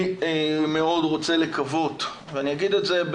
אני מאוד רוצה לקוות, ואני אגיד את זה,